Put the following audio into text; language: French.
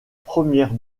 première